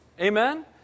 Amen